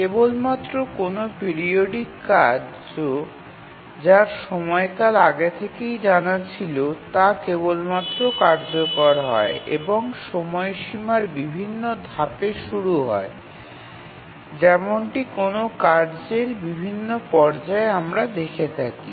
কেবলমাত্র কোনও পিরিওডিক কার্য যাঁর সময়কাল আগে থেকেই জানা ছিল তা কেবলমাত্র কার্যকর হয় এবং সময়সীমার বিভিন্ন ধাপে শুরু হয় যেমনটি কোনও কার্যের বিভিন্ন পর্যায়ে আমরা দেখে থাকি